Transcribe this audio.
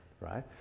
right